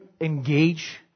engage